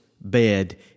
bed